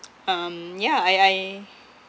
um yeah I I